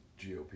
GOP